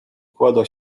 kładła